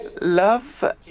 love